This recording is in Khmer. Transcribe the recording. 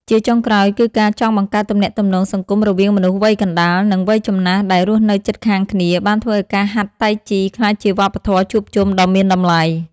ជាចុងក្រោយ គឺការចង់បង្កើតទំនាក់ទំនងសង្គមរវាងមនុស្សវ័យកណ្ដាល និងវ័យចំណាស់ដែលរស់នៅជិតខាងគ្នា បានធ្វើឱ្យការហាត់តៃជីក្លាយជាវប្បធម៌ជួបជុំដ៏មានតម្លៃ។